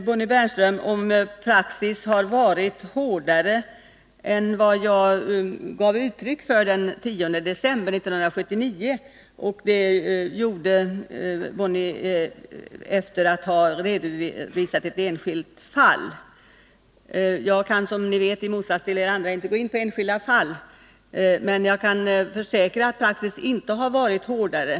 Bonnie Bernström frågade om praxis har varit hårdare än vad jag gav uttryck för den 10 december 1979. Det gjorde hon efter att ha redovisat ett enskilt fall. Jag kan, som ni vet, i motsats till er andra inte gå in på enskilda fall. Men jag kan försäkra att praxis inte har varit hårdare.